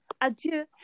Adieu